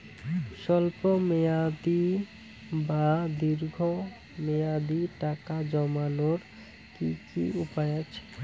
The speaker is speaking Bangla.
স্বল্প মেয়াদি বা দীর্ঘ মেয়াদি টাকা জমানোর কি কি উপায় আছে?